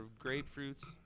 grapefruits